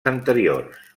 anteriors